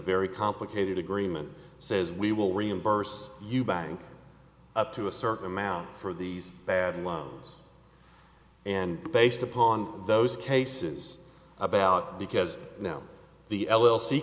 very complicated agreement says we will reimburse you bank up to a certain amount for these bad loans and based upon those cases about because now the l l c